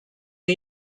for